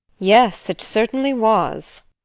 yes, it certainly was.